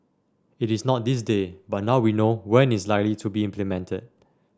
it is not this day but now we know when it's likely to be implemented